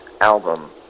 album